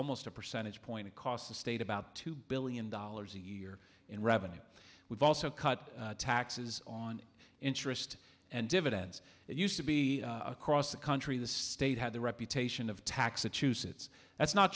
almost a percentage point it cost the state about two billion dollars a year in revenue we've also cut taxes on interest and dividends it used to be across the country the state had the reputation of tax issues it's that's not